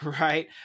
right